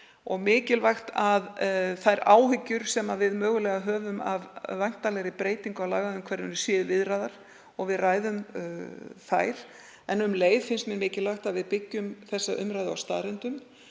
og mikilvægt að þær áhyggjur sem við höfum mögulega af væntanlegri breytingu á lagaumhverfinu séu viðraðar og að við ræðum þær. En um leið finnst mér mikilvægt að við byggjum þessa umræðu á staðreyndum,